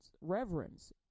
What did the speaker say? reverence